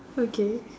okay